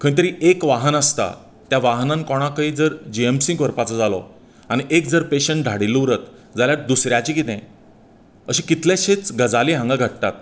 खंय तरी एक वाहन आसतां त्या वाहनान कोणाकय जर जीएमसीत व्हरपाचो जालो आनी एक जर पेशंट धाडिल्लो उरत जाल्यार दुसऱ्याचे कितें अशें कितलेशेंच गजाली हांगा घडटात